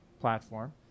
platform